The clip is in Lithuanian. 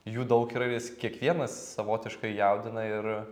jų daug yra vis kiekvienas savotiškai jaudina ir